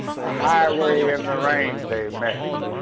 a highway in the rain they met.